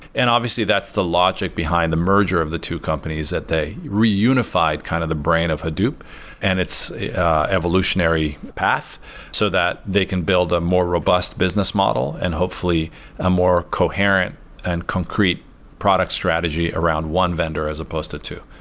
and obviously, that's the logic behind the merger of the two companies that they reunified kind of the brain of hadoop and its evolutionary path so that they can build a more robust business model and hopefully a more coherent and concrete product strategy around one vendor as supposed to two.